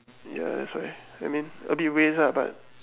ya that's why I mean a bit waste ah but